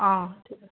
অ ঠিক আছে